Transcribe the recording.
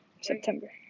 september